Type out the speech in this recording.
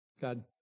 God